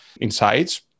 insights